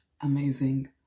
amazing